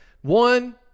one